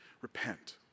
Repent